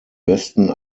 besten